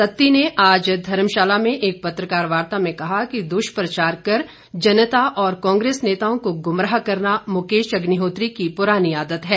सत्ती ने आज धर्मशाला में एक पत्रकार वार्ता में कहा कि दुष्प्रचार कर जनता और कांग्रेस नेताओं को गुमराह करना मुकेश अग्निहोत्री की पुरानी आदत है